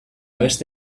beste